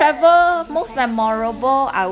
most memorable I would